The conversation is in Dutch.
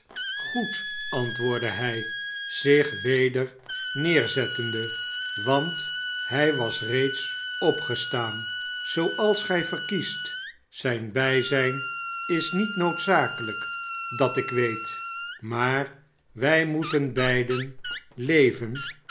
goed antwoordde hij zich weder neerzettende want hij was reeds opgestaan szooals gij verkiest zijn bijzijn is niet noodzakelijk dat ik weet maar wij moeten beiden leven